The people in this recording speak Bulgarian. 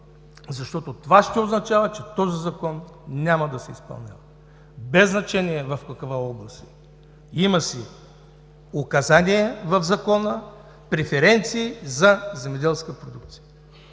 защото това ще означава, че този закон няма да се изпълнява, без значение в каква област е. Има си указания в Закона, преференции за земеделска продукция.